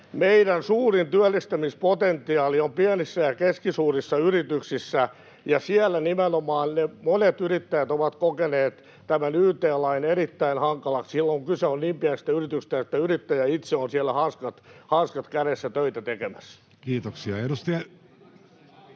meidän suurin työllistämispotentiaali on pienissä ja keskisuurissa yrityksissä, ja siellä nimenomaan monet yrittäjät ovat kokeneet tämän yt-lain erittäin hankalaksi silloin, kun kyse on niin pienestä yrityksestä, että yrittäjä itse on siellä hanskat kädessä töitä tekemässä. Kiitoksia. — Edustaja